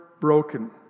broken